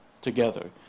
together